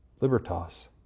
Libertas